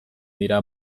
dira